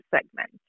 segment